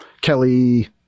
Kelly